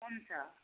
हुन्छ